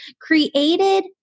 created